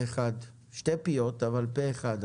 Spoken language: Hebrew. הצבעה בעד 2 נגד 0 נמנעים